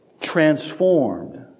transformed